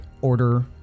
order